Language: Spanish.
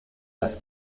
las